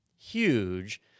huge